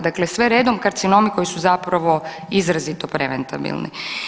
Dakle, sve redom karcinomi koji su zapravo izrazito preventabilni.